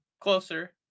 closer